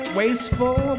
wasteful